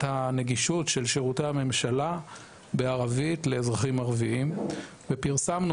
הנגישות של שירותי הממשלה בערבית לאזרחים ערביים ופרסמנו